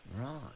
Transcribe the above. Right